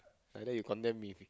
like that you condemn me